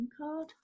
card